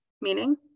Meaning